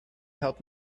help